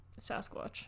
sasquatch